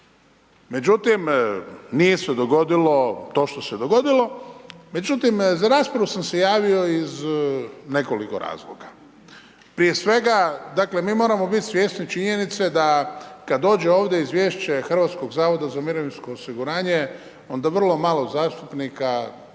Međutim, nije se dogodilo to što se dogodilo. Za raspravu sam se javio iz nekoliko razloga, prije svega dakle mi moramo biti svjesni činjenice da kad dođe ovdje izvješće Hrvatskog zavoda za mirovinsko osiguranje, onda vrlo malo zastupnika